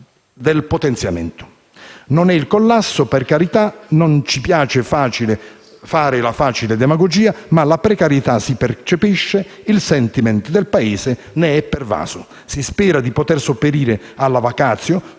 del potenziamento. Non è il collasso - per carità - non ci piace fare facile demagogia, ma la precarietà si percepisce e il *sentiment* del Paese ne è pervaso. Si spera di poter sopperire alla *vacatio*